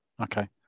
Okay